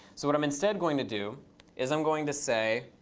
so what i'm instead going to do is i'm going to say